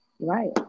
right